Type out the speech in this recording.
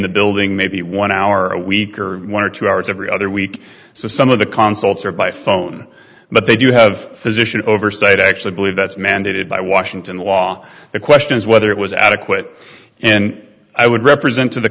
the building maybe one hour a week or one or two hours every other week so some of the consulates are by phone but they do have physician oversight actually believe that's mandated by washington law the question is whether it was adequate and i would represent to the